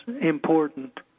important